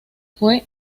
fue